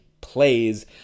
plays